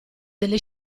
delle